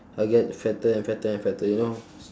I get fatter and fatter and fatter you know